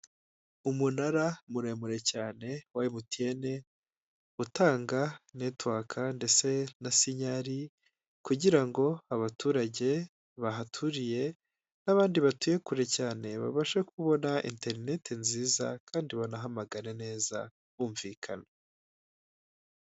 Umunara muremure cyane wa MTN utanga netiwaka ndetse na sinyari, kugira ngo abaturage bahaturiye n'abandi batuye kure cyane, babashe kubona interineti nziza kandi banahamagare neza bumvikana.